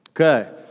Okay